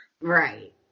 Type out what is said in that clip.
Right